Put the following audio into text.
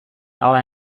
ale